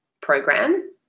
program